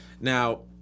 Now